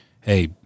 Hey